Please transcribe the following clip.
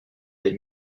des